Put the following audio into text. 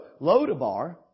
Lodabar